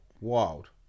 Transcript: Wild